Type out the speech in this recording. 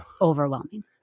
overwhelming